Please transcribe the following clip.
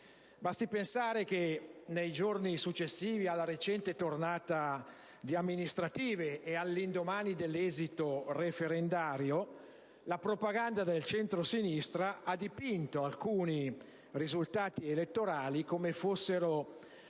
Basti pensare che nei giorni successivi alla recente tornata di elezioni amministrative e all'indomani dell'esito referendario, la propaganda del centrosinistra ha dipinto alcuni risultati elettorali come fossero